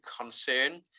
concern